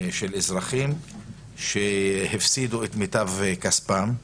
של אזרחים שהפסידו את מיטב כספם.